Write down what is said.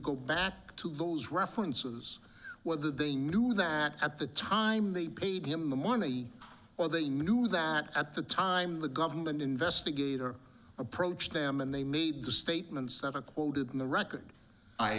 go back to goes references whether they knew that at the time they paid him the money or they knew that at the time the government investigator approached them and they made the statements that are quoted in the record i